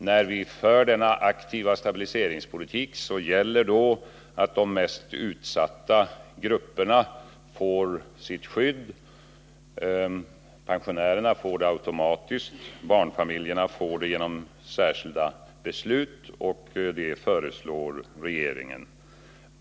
Därvid måste de mest utsatta grupperna få sitt skydd. Pensionärerna får det automatiskt. Barnfamiljerna får det genom särskilda beslut, och det föreslår regeringen.